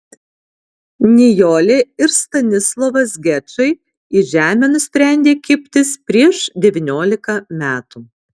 nijolė ir stanislovas gečai į žemę nusprendė kibtis prieš devyniolika metų